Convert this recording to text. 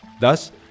Thus